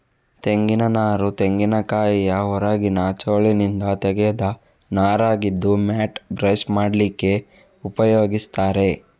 ತೆಂಗಿನ ನಾರು ತೆಂಗಿನಕಾಯಿಯ ಹೊರಗಿನ ಚೋಲಿನಿಂದ ತೆಗೆದ ನಾರಾಗಿದ್ದು ಮ್ಯಾಟ್, ಬ್ರಷ್ ಮಾಡ್ಲಿಕ್ಕೆ ಉಪಯೋಗಿಸ್ತಾರೆ